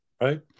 Right